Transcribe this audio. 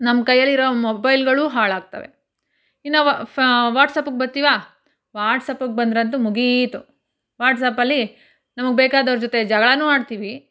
ನಮ್ಮ ಕೈಯ್ಯಲ್ಲಿರೋ ಮೊಬೈಲ್ಗಳು ಹಾಳಾಗ್ತವೆ ಇನ್ನೂ ಫ ವಾಟ್ಸಪಿಗೆ ಬರ್ತೀವಾ ವಾಟ್ಸಪಿಗೆ ಬಂದರಂತೂ ಮುಗೀತು ವಾಟ್ಸಪ್ಪಲ್ಲಿ ನಮಗೆ ಬೇಕಾದವ್ರು ಜೊತೆ ಜಗಳವೂ ಆಡ್ತೀವಿ